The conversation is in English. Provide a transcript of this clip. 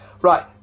Right